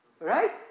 Right